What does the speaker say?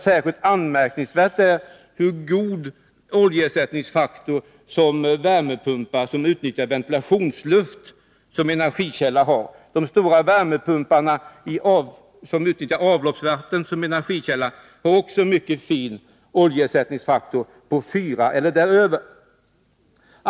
Särskilt anmärkningsvärt är kanske hur god oljeersättningsfaktor värmepumpar som utnyttjar ventilationsluft som energikälla har. De stora värmepumpar som utnyttjar avloppsvatten som energikälla har också mycket god oljeersättningsfaktor — 4 eller däröver.